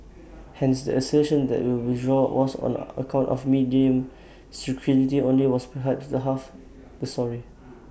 hence the assertion that the withdrawal was on account of media scrutiny only was perhaps half the story